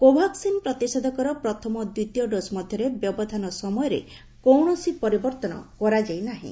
କୋଭାକ୍ସିନ୍ ପ୍ରତିଷେଧକର ପ୍ରଥମ ଓ ଦ୍ୱିତୀୟ ଡୋଜ ମଧ୍ୟରେ ବ୍ୟବଧାନ ସମୟରେ କୌଣସି ପରିବର୍ତ୍ତନ କରାଯାଇନାହିଁ